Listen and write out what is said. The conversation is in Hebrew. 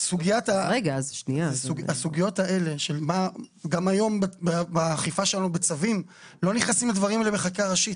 גם היום באכיפה שלנו בצווים לא נכנסים לדברים האלה בחקיקה ראשית,